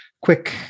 quick